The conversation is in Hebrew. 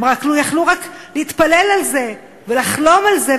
הם יכלו רק להתפלל על זה ולחלום על זה,